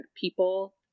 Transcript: people